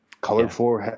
Colorful